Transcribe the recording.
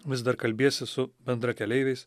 vis dar kalbiesi su bendrakeleiviais